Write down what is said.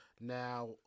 now